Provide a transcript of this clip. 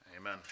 Amen